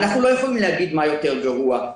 אנחנו לא יכולים להגיד מה יותר גרוע,